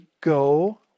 go